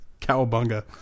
Cowabunga